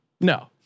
No